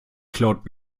klaut